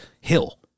hill